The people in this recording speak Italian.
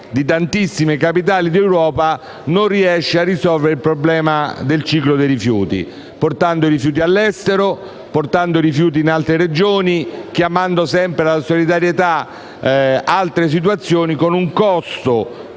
di tantissime capitali europee, non riesca a risolvere il problema del ciclo dei rifiuti, portando i rifiuti all'estero o in altre Regioni e chiamando sempre alla solidarietà altre situazioni, con un costo